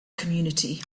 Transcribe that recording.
community